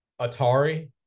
Atari